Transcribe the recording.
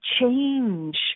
change